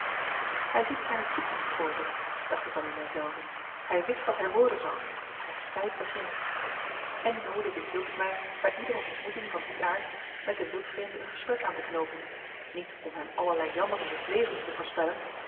hij ziet zijne toekomst voor zich dacht ik dan in mij zelven hij wikt wat hij worden zal zijn strijd begint en noode weêrhield ik mij bij iedere ontmoeting van dien aard met den wild vreemde een gesprek aan te knoopen niet om hem allerlei jammeren des levens te voorspellen